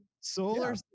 Solar